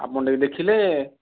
ଆପଣ ଟିକେ ଦେଖିଲେ